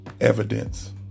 evidence